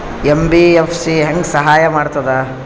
MBFC ಹೆಂಗ್ ಸಹಾಯ ಮಾಡ್ತದ?